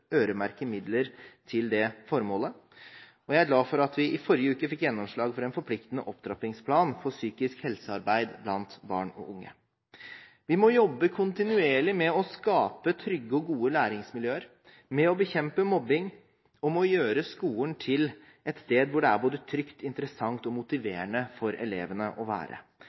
øremerke midler til det formålet, og jeg er glad for at vi i forrige uke fikk gjennomslag for en forpliktende opptrappingsplan for psykisk helsearbeid blant barn og unge. Vi må jobbe kontinuerlig med å skape trygge og gode læringsmiljøer, med å bekjempe mobbing og med å gjøre skolen til et sted hvor det er både trygt, interessant og motiverende for elevene å være.